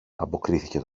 αποκρίθηκε